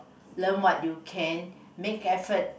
learn what you can make effort